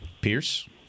Pierce